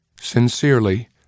Sincerely